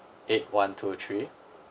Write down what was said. eight one two three